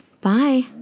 Bye